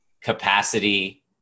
capacity